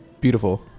beautiful